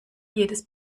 jedes